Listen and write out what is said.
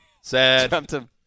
Sad